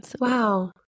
wow